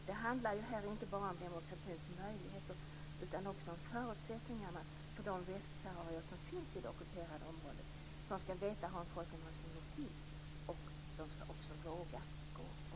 Det handlar heller inte bara om demokratins möjligheter utan också om förutsättningarna för de västsaharier som finns i det ockuperade området. De skall få veta hur en folkomröstning skall gå till, och de skall också våga gå och rösta.